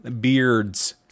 beards